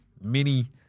Mini